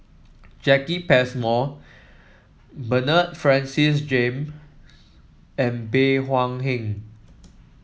Jacki Passmore Bernard Francis Jame and Bey Hua Heng